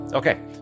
Okay